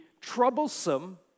troublesome